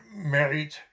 married